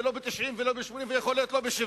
לא ב-90% ולא ב-80% ויכול להיות שלא ב-70%,